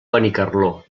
benicarló